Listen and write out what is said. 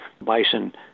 bison